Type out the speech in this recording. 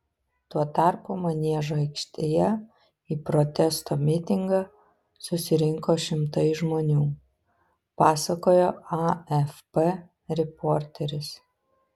tuo tarpu maniežo aikštėje į protesto mitingą susirinko šimtai žmonių pasakojo afp reporteris